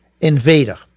invader